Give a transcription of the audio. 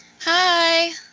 Hi